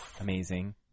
Amazing